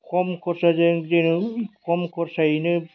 खम खरसाजों जों खम खरसायैनो